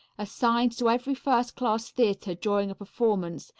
assigned to every first class theatre during a performance,